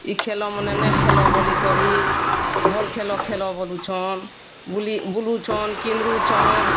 ଇ ଖେଲମାନେ ନାଇ ଖେଲ ବୋଲିକରି ଭଲ୍ ଖେଲ୍ ବୋଲି କରି କହୁଛନ୍ ବିଲି ବୁଲୁଛନ୍ କିନ୍ଦୁର୍ଛନ୍